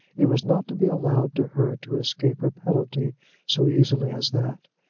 it was not to be allowed to her to escape her penalty so easily as that!